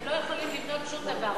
הם לא יכולים לבנות שום דבר.